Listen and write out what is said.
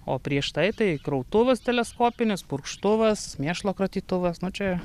o prieš tai tai krautuvas teleskopinis purkštuvas mėšlo kratytuvas nu čia